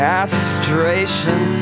Castration